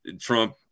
Trump